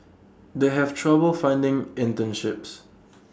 they have trouble finding internships